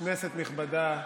כנסת נכבדה,